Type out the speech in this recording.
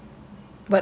ah